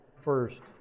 first